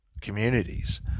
communities